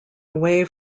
away